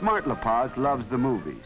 smart la paz love the movie